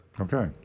Okay